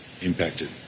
impacted